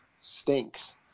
stinks